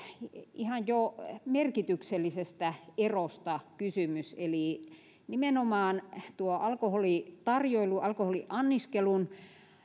ihan jo merkityksellisestä erosta kysymys eli nimenomaan tuo alkoholitarjoilu alkoholin anniskelun